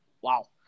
Wow